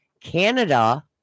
Canada